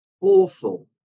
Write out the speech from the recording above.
awful